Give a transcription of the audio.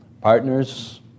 Partners